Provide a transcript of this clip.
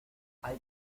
hay